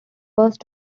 first